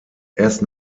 erst